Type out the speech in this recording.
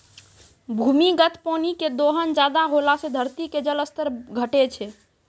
भूमिगत पानी के दोहन ज्यादा होला से धरती के जल स्तर घटै छै